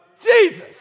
Jesus